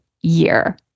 year